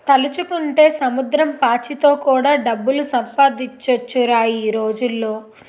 తలుచుకుంటే సముద్రం పాచితో కూడా డబ్బులు సంపాదించొచ్చురా ఈ రోజుల్లో